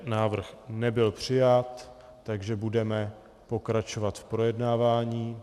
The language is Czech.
Návrh nebyl přijat, takže budeme pokračovat v projednávání.